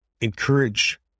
encourage